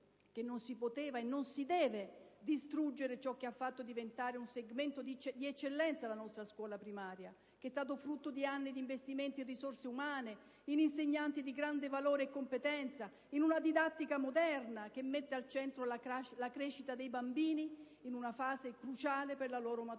non si poteva e non si deve distruggere ciò che ha fatto diventare un segmento di eccellenza la nostra scuola primaria, frutto di anni di investimenti in risorse umane, in insegnanti di grande valore e competenza, in una didattica moderna che mette al centro la crescita dei bambini in una fase cruciale per la loro maturazione.